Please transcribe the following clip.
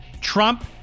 Trump